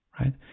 right